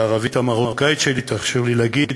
בערבית המרוקאית שלי תרשו לי להגיד